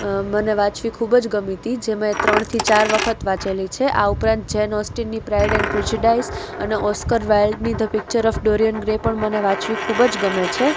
મને વાંચવી ખૂબ જ ગમી હતી જે મેં ત્રણથી ચાર વખત વાંચેલી છે આ ઉપરાંત જેન ઓસ્ટિનની પ્રાઈડ એન્ડ પ્રેજ્યુડાઈસ અને ઓસ્કર વાઇલ્ડની the picture of Dorian Gray પણ મને વાંચવી ખૂબ જ ગમે છે